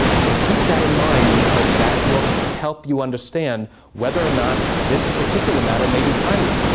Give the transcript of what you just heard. so keep that in mind because that will help you understand whether or not this particular matter may be timely.